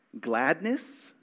Gladness